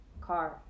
car